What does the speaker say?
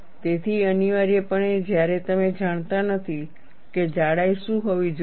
તેથી અનિવાર્યપણે જ્યારે તમે જાણતા નથી કે જાડાઈ શું હોવી જોઈએ